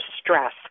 stress